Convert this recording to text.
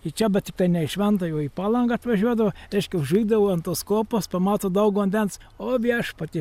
į čia bet tiktai ne į šventąją o į palangą atvažiuodavo reiškia užeidavo ant tos kopos pamato daug vandens o viešpaties